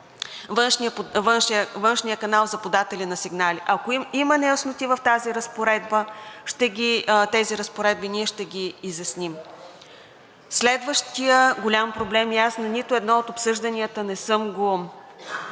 външния канал за подателя на сигнали. Ако има неясноти в тези разпоредби, ние ще ги изясним. Следващият голям проблем, и аз на нито едно от обсъжданията не съм го